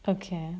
okay